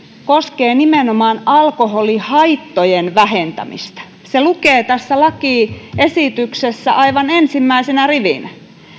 koskee nimenomaan alkoholihaittojen vähentämistä se lukee tässä lakiesityksessä aivan ensimmäisenä rivinä